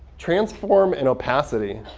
transform and opacity